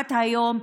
עד היום,